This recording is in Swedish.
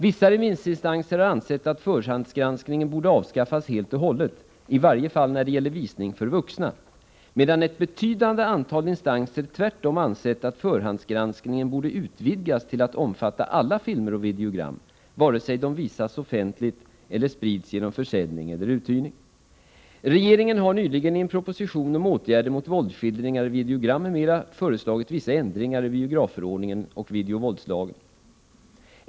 Vissa remissinstanser har ansett att förhandsgranskningen borde avskaffas helt och hållet, i varje fall när det gäller visning för vuxna, medan ett betydande antal instanser tvärtom ansett att förhandsgranskningen borde utvidgas till att omfatta alla filmer och videogram, vare sig de visas offentligt eller sprids genom försäljning eller uthyrning. Regeringen har nyligen i en proposition om åtgärder mot våldsskildringar i videogram m.m. föreslagit vissa ändringar i biografförordningen och videovåldslagen.